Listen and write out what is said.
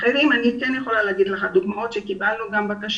אני יכולה להביא לך דוגמאות לבקשות